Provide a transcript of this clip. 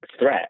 threat